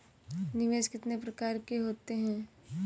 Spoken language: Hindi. निवेश कितने प्रकार के होते हैं?